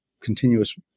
continuous